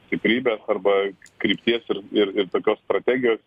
stiprybės arba krypties ir ir ir tokios strategijos